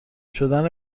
شدن